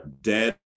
dead